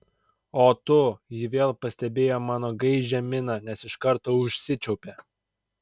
o tu ji vėl pastebėjo mano gaižią miną nes iš karto užsičiaupė